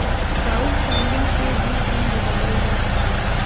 crowdfunding से भी fund जुटावल जा सकला